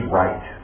right